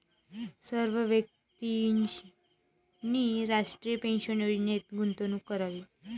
सर्व व्यक्तींनी राष्ट्रीय पेन्शन योजनेत गुंतवणूक करावी